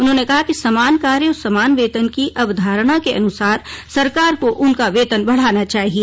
उन्होंने कहा कि समान कार्य और समान वेतन की अवधारणा के अनुसार सरकार को उनका वेतन बढ़ाना चाहिए